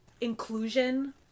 inclusion